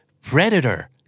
Predator